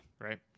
Right